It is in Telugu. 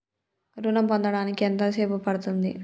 ఋణం పొందడానికి ఎంత సేపు పడ్తుంది?